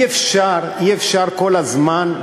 אי-אפשר כל הזמן,